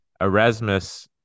Erasmus